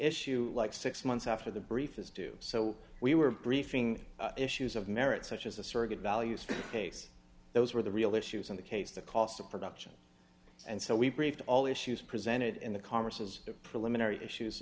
issue like six months after the brief is due so we were briefing issues of merit such as a surrogate values case those were the real issues in the case the cost of production and so we briefed all issues presented in the congress as a preliminary issues